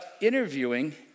interviewing